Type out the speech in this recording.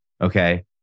Okay